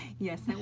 yes